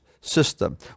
system